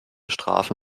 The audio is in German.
strafe